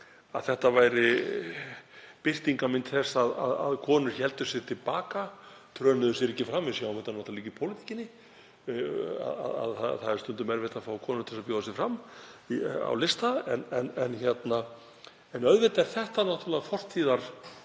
að þetta væri birtingarmynd þess að konur héldu sig til baka, trönuðu sér ekki fram. Við sjáum þetta náttúrlega líka í pólitíkinni, að það er stundum erfitt að fá konur til að bjóða sig fram á lista. En auðvitað er þetta fortíðarvandi,